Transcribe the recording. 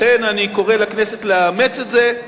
לכן, אני קורא לכנסת לאמץ את זה,